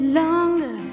longer